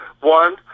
One